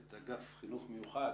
מפקחת באגף לחינוך מיוחד.